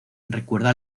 recuerda